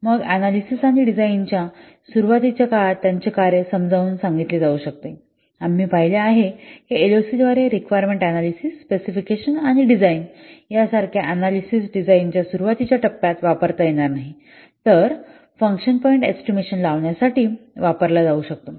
मग अनॅलिसिस आणि डिझाइनच्या सुरुवातीच्या काळात त्यांचे कार्य समजावून सांगितले जाऊ शकते आम्ही पाहिले आहे की एलओसीद्वारे रिक्वायरमेंट अनॅलिसिस स्पेसिफिकेशन आणि डिझाइन सारख्या अनॅलिसिस डिझाइनच्या सुरुवातीच्या टप्प्यात वापरता येणार नाही तर फंक्शन पॉईंट एस्टिमेशन लावण्यासाठी वापरला जाऊ शकतो